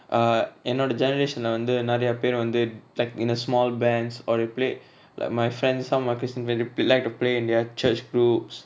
err என்னோட:ennoda generation lah வந்து நெரயப்பேர் வந்து:vanthu nerayaper vanthu like in the small bands or they play like my friends some of my christian friends like to play in their church groups